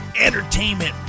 entertainment